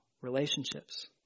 relationships